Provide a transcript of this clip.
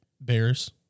bears